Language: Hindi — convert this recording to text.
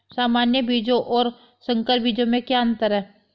सामान्य बीजों और संकर बीजों में क्या अंतर है?